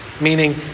Meaning